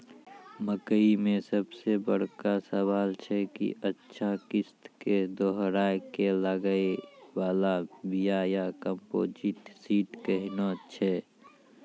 मकई मे सबसे बड़का सवाल छैय कि अच्छा किस्म के दोहराय के लागे वाला बिया या कम्पोजिट सीड कैहनो छैय?